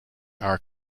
our